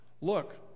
Look